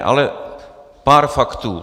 Ale pár faktů.